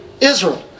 Israel